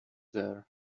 there